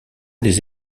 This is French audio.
des